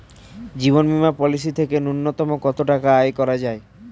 জীবন বীমা পলিসি থেকে ন্যূনতম কত টাকা আয় করা যায়?